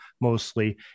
mostly